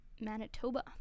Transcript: Manitoba